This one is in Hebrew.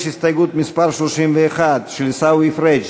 יש הסתייגות, מס' 31, של עיסאווי פריג'.